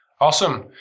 Awesome